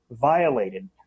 violated